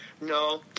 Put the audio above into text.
no